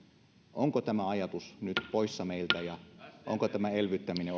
onko tämä ajatus nyt poissa meiltä ja onko tämä elvyttäminen